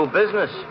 business